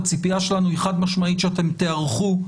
הציפייה שלנו היא חד משמעית שאתם תיערכו.